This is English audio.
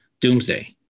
Doomsday